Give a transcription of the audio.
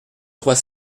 trois